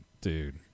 Dude